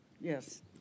Yes